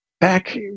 Back